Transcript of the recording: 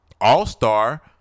all-star